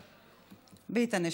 ביטן,